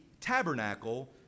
tabernacle